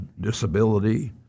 disability